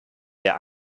der